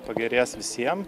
pagerės visiem